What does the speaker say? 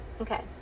Okay